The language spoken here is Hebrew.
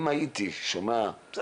אני שומע את זה